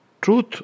truth